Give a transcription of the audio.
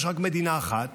יש רק מדינה אחת